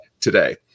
today